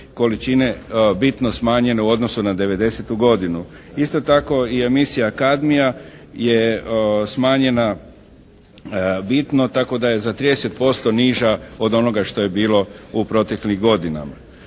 količine bitno smanjene u odnosu na 1990. godinu. Isto tako i emisija kadnija je smanjena bitno tako da je za 30% niža od onoga što je bilo u proteklih godinama.